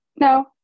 No